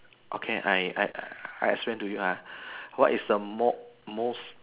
okay I I I explain to you ah what is the mo~ most